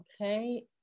Okay